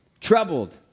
Troubled